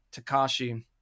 Takashi